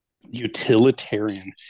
utilitarian